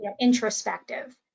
introspective